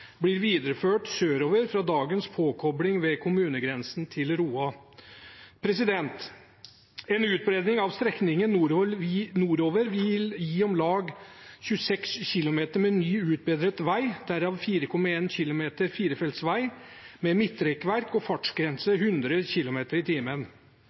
blir videreført sørover fra dagens påkobling ved kommunegrensen til Roa. En utbedring av strekningen nordover vil gi om lag 26 km med ny/utbedret vei, derav 4,1 km firefeltsvei med midtrekkverk og